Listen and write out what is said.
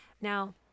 Now